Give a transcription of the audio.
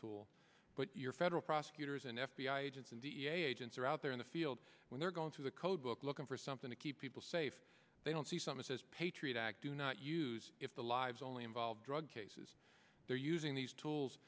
tool but your federal prosecutors and f b i agents and the agents are out there in the field when they're going through the code book looking for something to keep people safe they don't see so much as patriot act do not use if the lives only involve drug cases they're using these